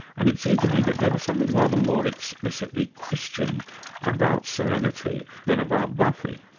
and it seemed to me that there was something rather more explicitly christian about serenity than about buffy.